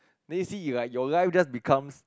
then you see you like your life just becomes